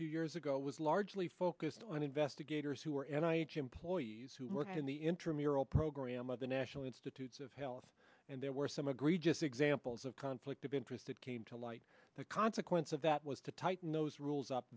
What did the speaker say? few years ago was largely focused on investigators who are and i employ these who work in the intramural program of the national institutes of health and there were some agree just examples of conflict of interest that came to light the consequence of that was to tighten those rules up